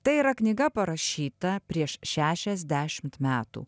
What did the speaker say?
tai yra knyga parašyta prieš šešiasdešimt metų